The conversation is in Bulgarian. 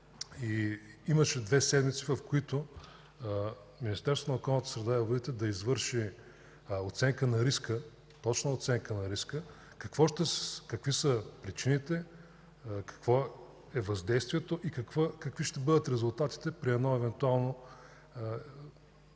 имаше две седмици, в които Министерството на околната среда и водите, да извърши точна оценка на риска какви са причините, какво е въздействието и какви ще бъдат резултатите при едно евентуално протичане